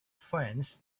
friends